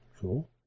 cool